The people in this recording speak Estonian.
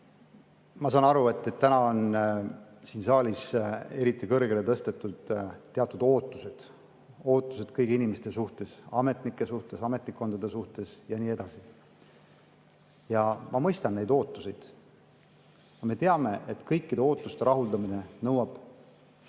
Ma saan aru, et täna on siin saalis eriti kõrgele tõstetud teatud ootused – ootused kõigi inimeste suhtes, ametnike suhtes, ametkondade suhtes ja nii edasi. Ma mõistan neid ootusi. Me teame, et kõikide ootuste rahuldamine nõuab,